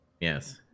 Yes